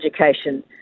Education